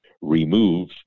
remove